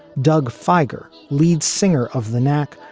doug figler, lead singer of the knack,